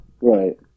right